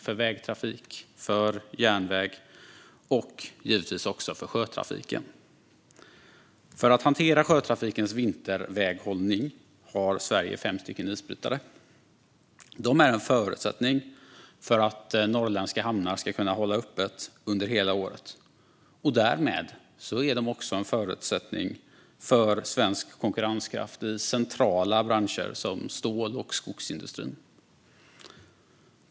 Det gäller för vägtrafiken, för tågtrafiken och givetvis också för sjötrafiken. För att hantera sjötrafikens vinterväghållning har Sverige fem isbrytare. De är en förutsättning för att norrländska hamnar ska kunna hålla öppet under hela året. Därmed är de också en förutsättning för svensk konkurrenskraft i centrala branscher som stål och skogsindustrin.